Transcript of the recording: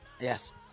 Yes